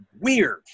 weird